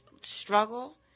struggle